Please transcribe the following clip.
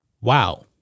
Wow